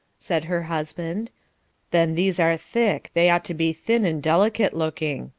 said her husband then these are thick, they ought to be thin and delicate-looking.